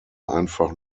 einfach